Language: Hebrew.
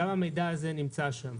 גם המידע הזה נמצא שם.